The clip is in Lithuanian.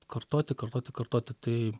kartoti kartoti kartoti tai